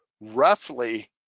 roughly